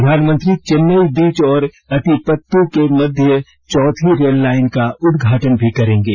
प्रधानमंत्री चेन्नई बीच और अत्तिपत्त् के मध्य चौथी रेल लाइन का उदघाटन भी करेंगे